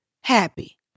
happy